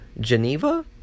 Geneva